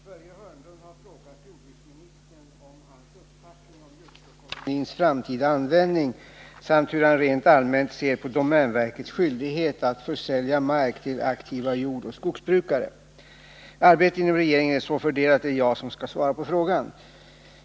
Herr talman! Börje Hörnlund har frågat jordbruksministern om hans uppfattning om Juktåkolonins framtida användning samt hur han rent allmänt ser på domänverkets skyldighet att försälja mark till aktiva jordoch skogsbrukare. Arbetet inom regeringen är så fördelat att det är jag som skall svara på frågan.